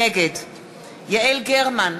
נגד יעל גרמן,